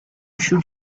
should